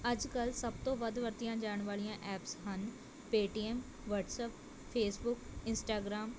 ਅੱਜ ਕੱਲ੍ਹ ਸਭ ਤੋਂ ਵੱਧ ਵਰਤੀਆਂ ਜਾਣ ਵਾਲੀਆਂ ਐਪਸ ਹਨ ਪੇਟੀਐਮ ਵੱਟਸਐਪ ਫੇਸਬੁੱਕ ਇੰਸਟਾਗ੍ਰਾਮ